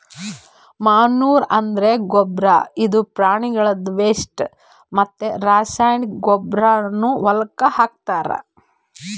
manure ಅಂದ್ರ ಗೊಬ್ಬರ್ ಇದು ಪ್ರಾಣಿಗಳ್ದು ವೆಸ್ಟ್ ಮತ್ತ್ ರಾಸಾಯನಿಕ್ ಗೊಬ್ಬರ್ನು ಹೊಲಕ್ಕ್ ಹಾಕ್ತಾರ್